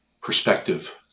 perspective